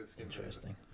Interesting